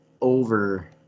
over